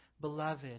Beloved